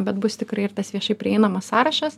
bet bus tikrai ir tas viešai prieinamas sąrašas